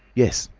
yes.